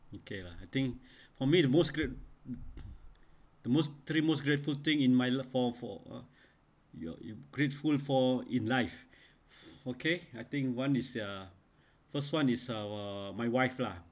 okay lah I think for me the most great the most three most grateful thing in my lo~ for for uh you're you're grateful for in life okay I think one is uh first [one] is uh my wife lah